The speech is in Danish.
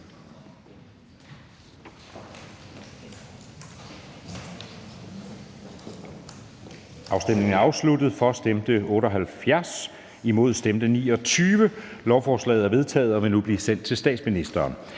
Mathiesen (UFG)), hverken for eller imod stemte 0. Lovforslaget er vedtaget og vil blive sendt til statsministeren.